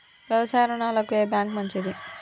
వ్యవసాయ రుణాలకు ఏ బ్యాంక్ మంచిది?